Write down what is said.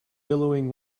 billowing